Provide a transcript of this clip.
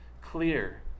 clear